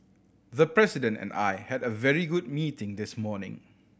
the President and I had a very good meeting this morning